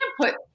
put